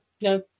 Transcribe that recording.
No